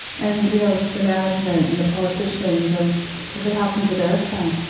and, you know, the management and the politicians, and if it happened to their son,